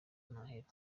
ndaheba